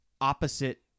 opposite